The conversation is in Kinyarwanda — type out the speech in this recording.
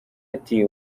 ati